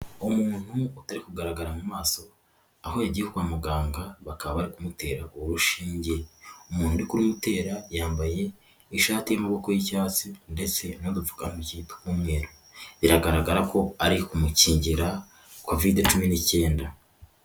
Umuntu utari kugaragara mu maso aho yagiye kwa muganga bakaba bari kumutera urushinge, umuntu uri kurumutera yambaye ishati y'amaboko y'icyatsi ndetse n'udupfuka ntoki tw'umweru biragaragara ko ari kumukingira covidi cumi ni'icyenda.